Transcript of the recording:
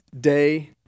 day